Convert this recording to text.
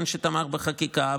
שתמך בחקיקה,